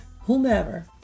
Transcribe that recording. whomever